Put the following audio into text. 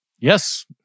Yes